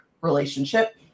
relationship